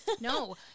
No